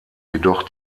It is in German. jedoch